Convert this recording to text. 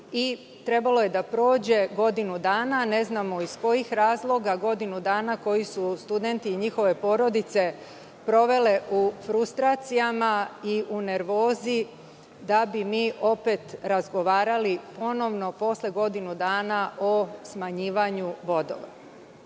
trebalo je da prođe godinu dana, ne znamo iz kojih razloga, godinu dana koje su studenti i njihove porodice proveli u frustracijama i u nervozi, da bi mi opet razgovarali ponovno posle godinu dana o smanjivanju bodova,